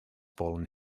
fallen